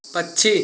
पक्षी